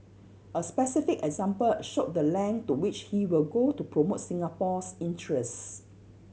a specific example showed the length to which he will go to promote Singapore's interests